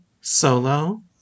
Solo